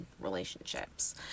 relationships